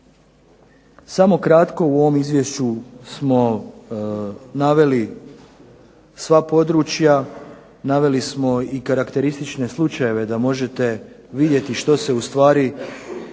Samo kratko, u ovom izvješću smo naveli sva područja, naveli smo i karakteristične slučajeve da možete vidjeti što se ustvari